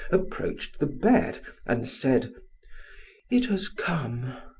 approached the bed and said it has come.